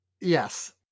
Yes